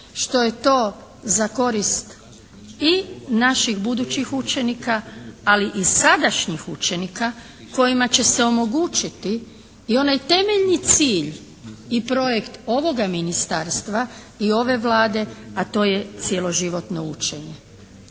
Što je to za korist i naših budućih učenika, ali i sadašnjih učenika kojima će se omogućiti i onaj temeljni cilj i projekt ovoga Ministarstva i ove Vlade a to je cjeloživotno učenje.